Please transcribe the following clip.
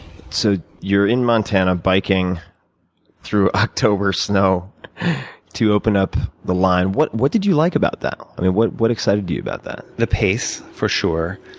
so you're in montana biking through october snow to open up the line. what what did you like about that? what what excited you about that? the pace, for sure.